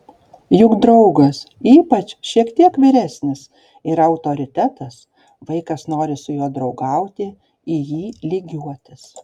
juk draugas ypač šiek tiek vyresnis yra autoritetas vaikas nori su juo draugauti į jį lygiuotis